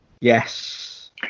Yes